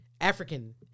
African